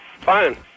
Fine